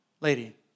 lady